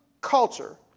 culture